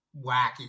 wacky